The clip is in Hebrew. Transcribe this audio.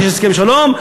יש הסכם שלום.